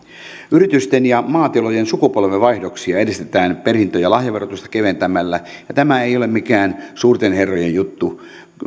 yritysten ja maatilojen sukupolvenvaihdoksia edistetään perintö ja lahjaverotusta keventämällä tämä ei ole mikään suurten herrojen juttu